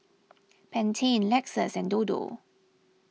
Pantene Lexus and Dodo